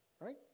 Right